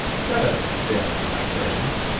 let us, then, my friends,